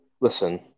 listen